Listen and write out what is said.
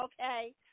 Okay